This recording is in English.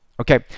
okay